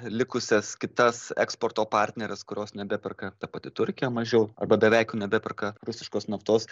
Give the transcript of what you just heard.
likusias kitas eksporto partneres kurios nebeperka ta pati turkija mažiau arba beveik jau nebeperka rusiškos naftos